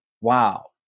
wow